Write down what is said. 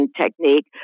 technique